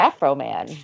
Afro-Man